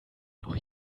noch